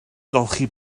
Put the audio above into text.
golchi